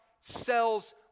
sells